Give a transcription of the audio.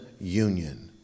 union